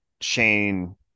Shane